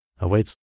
awaits